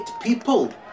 people